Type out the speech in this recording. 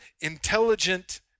intelligent